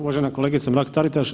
Uvažena kolegice Mrak Taritaš.